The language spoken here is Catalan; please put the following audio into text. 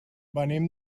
venim